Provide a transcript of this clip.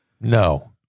No